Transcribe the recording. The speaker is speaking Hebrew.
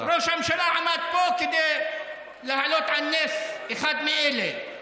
ראש הממשלה עמד פה כדי להעלות על נס אחד מאלה,